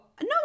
no